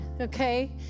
okay